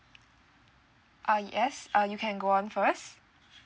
uh yes uh you can go on first